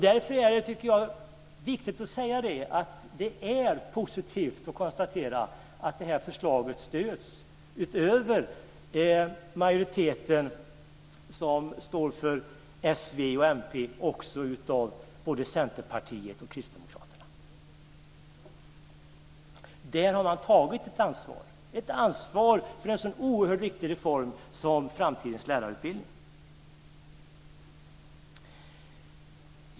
Därför är det positivt att konstatera att det här förslaget stöds utöver av majoriteten som består av s, v och mp också av både Centerpartiet och Kristdemokraterna. Man har tagit ett ansvar för en sådan oerhört viktigt reform som framtidens lärarutbildning är.